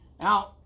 now